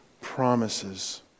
promises